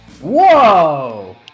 Whoa